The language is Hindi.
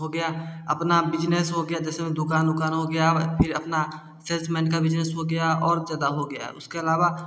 हो गया अपना बिजनेस हो गया जैसे में दुकान उकान हो गया फिर अपना सेल्समैन का बिजनेश हो गया और ज्यादा हो गया उसके अलावा